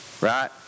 right